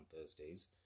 thursdays